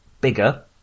bigger